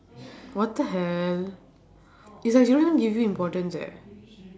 what the hell it's like she don't even give you importance eh